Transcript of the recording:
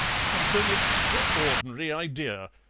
what an extraordinary idea!